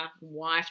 wife